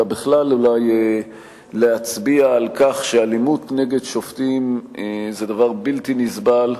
אלא בכלל אולי להצביע על כך שאלימות נגד שופטים זה דבר בלתי נסבל.